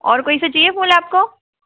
और कोई सा चाहिए फूल आपको